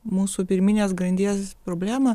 mūsų pirminės grandies problemą